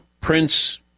Prince